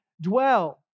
dwell